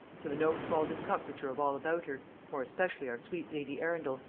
to the no small discomfiture of all about her, more especially our sweet lady arundel,